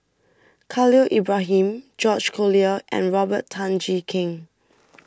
Khalil Ibrahim George Collyer and Robert Tan Jee Keng